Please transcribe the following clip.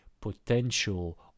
potential